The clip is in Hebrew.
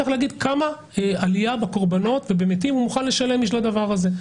צריך להגיד בכמה עלייה בקורבנות ובמתים הוא מוכן לשלם בשביל הדבר הזה.